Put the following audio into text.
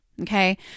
Okay